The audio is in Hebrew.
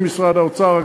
עם משרד האוצר,